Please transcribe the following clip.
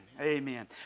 Amen